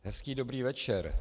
Hezký dobrý večer.